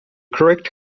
correct